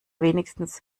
wenigstens